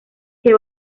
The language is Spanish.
que